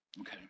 Okay